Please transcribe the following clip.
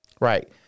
Right